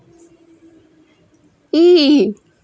!ee!